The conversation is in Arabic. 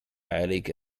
عليك